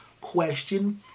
Question